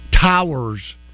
towers